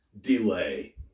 Delay